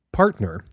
partner